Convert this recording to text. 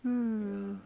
mm